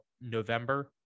November